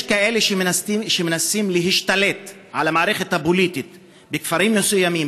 יש כאלה שמנסים להשתלט על המערכת הפוליטית בכפרים מסוימים,